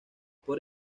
por